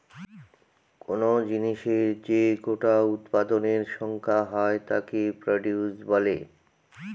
কোন জিনিসের যে গোটা উৎপাদনের সংখ্যা হয় তাকে প্রডিউস বলে